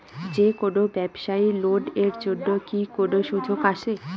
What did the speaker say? যে কোনো ব্যবসায়ী লোন এর জন্যে কি কোনো সুযোগ আসে?